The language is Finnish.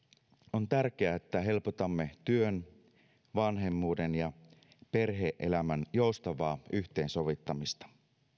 on tärkeää että helpotamme työn vanhemmuuden ja perhe elämän joustavaa yhteensovittamista